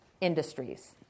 industries